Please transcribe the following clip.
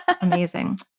amazing